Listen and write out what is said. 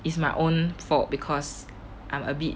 is my own fault because I'm a bit